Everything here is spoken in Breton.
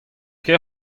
ket